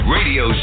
Radio